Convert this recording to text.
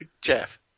Jeff